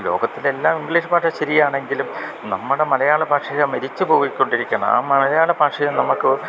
ലോകത്തിലെല്ലാം English ഭാഷ ശരിയാണെങ്കിലും നമ്മുടെ മലയാള ഭാഷയെ മരിച്ചു പോയിക്കൊണ്ടിരിക്കുകയാണ് ആ മലയാള ഭാഷയെ നമുക്ക്